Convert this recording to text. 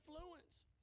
influence